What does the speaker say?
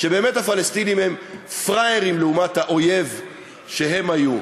ובאמת הפלסטינים הם פראיירים לעומת האויב שהם היו.